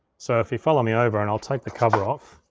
so if you follow me over, and i'll take the cover off.